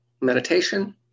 meditation